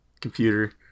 computer